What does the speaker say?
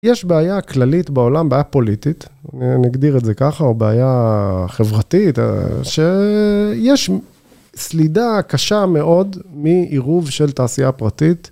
יש בעיה כללית בעולם, בעיה פוליטית, נגדיר את זה ככה, או בעיה חברתית, שיש סלידה קשה מאוד מעירוב של תעשייה פרטית.